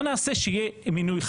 מה נעשה כשיהיה מינוי,